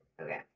okay